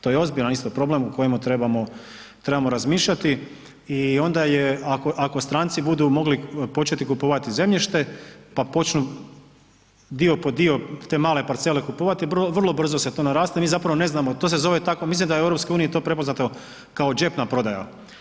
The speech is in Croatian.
To je ozbiljan isto problem o kojem trebamo razmišljati i onda je, ako stranci budu mogli početi kupovati zemljište pa počnu dio po dio te male parcele kupovati, vrlo brzo se to naraste, mi zapravo ne znamo, to se zove tako, mislim da je u EU to prepoznato kao džepna prodaja.